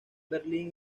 berlín